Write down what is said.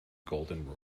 golden